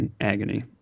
agony